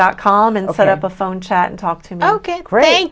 dot com and set up a phone chat and talk to me ok great